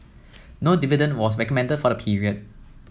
no dividend was recommended for the period